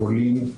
פולין.